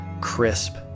crisp